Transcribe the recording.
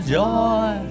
joy